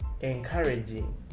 encouraging